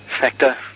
factor